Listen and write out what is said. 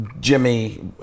Jimmy